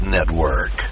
Network